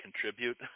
contribute